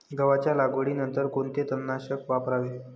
गव्हाच्या लागवडीनंतर कोणते तणनाशक वापरावे?